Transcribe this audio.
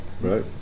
Right